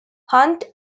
hunt